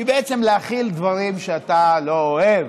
היא להכיל דברים שאתה לא אוהב.